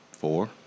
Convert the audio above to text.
Four